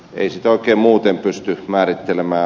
ei sitä oikein muuten pysty määrittelemään